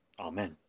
Amen